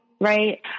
right